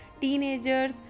teenagers